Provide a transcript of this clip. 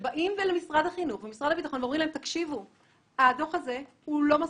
שבאים למשרד החינוך ולמשרד הביטחון ואומרים שהדו"ח הזה לא מספיק.